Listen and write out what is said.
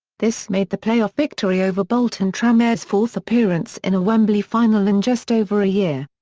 this made the play-off victory over bolton tranmere's fourth appearance in a wembley final in just over a year.